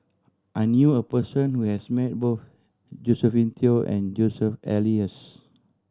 I knew a person who has met both Josephine Teo and Joseph Elias